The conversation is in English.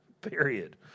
Period